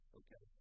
okay